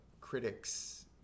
critics